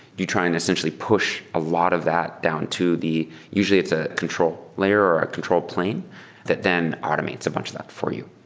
you try and essentially push a lot of that down to the usually, it's a control layer or a control plane that then automates a bunch of that for you.